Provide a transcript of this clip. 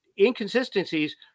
inconsistencies